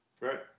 Right